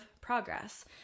progress